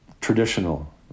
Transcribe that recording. traditional